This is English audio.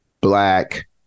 black